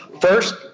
First